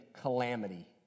calamity